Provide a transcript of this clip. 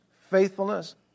faithfulness